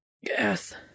Yes